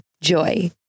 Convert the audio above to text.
JOY